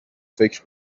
فکر